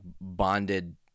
bonded